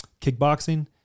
kickboxing